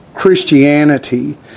Christianity